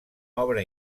obra